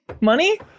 Money